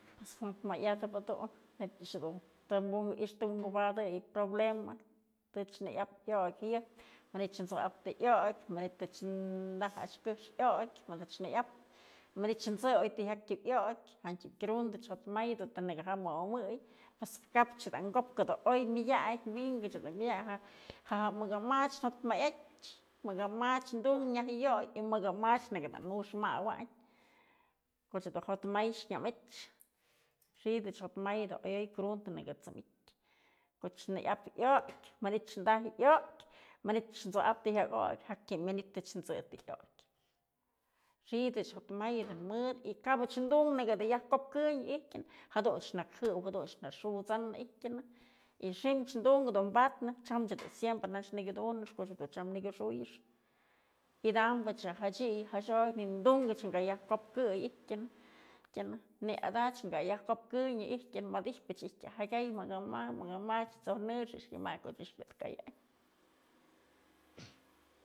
Pues jotmayatëp jedun neyb ëch dun tën wi'ikuix, tën wi'inkubadëyën problema, tëch nayap yokë, manytë t'suap të yokë, manytëch taj a'ax këxë yokë mëdëch nëyap, manytë t'së oy jyak të yokë jan tën krundëch jotmay dun të najtëm myëmëmëy pues kapch da ko'op dun oy myëdak, wi'inkë dun myëdak, ja'a makama jotmayatyë, makamach dun yajyoy y makama naka nux mawaynkoch dun jotmay nyamech, xidëch jotmay ayoy krundë të nëkë t'sëmytyë, koch nayap yokë manytë daj yokë, manytë t'suap të jyak yokë, jak të myënytë t'si të jyak okyë, xidëch jotmay dun mëdë kapëch dun nëkë yëj kopkënyë ijtyën jadunch nëjëw jadunch naxut'sany ijtyënëxi'im dunk jadu badnë tyam jadun siempren nakudunën koch dun tyam nëkyoxuyënën ydambëch jachiy jaxok, nin dunkëch kë yajkopkëy ijtyë ijtyënën, ni'i ada ka yajkopkënyë ijtyënë, mëd ijpyëch ijtyë yë jakyay makama, makama t'sojnë ijtyë nyëmay kochmyat kayan.